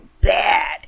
bad